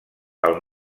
pel